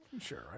Sure